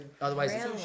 Otherwise